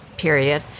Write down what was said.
period